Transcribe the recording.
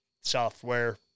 software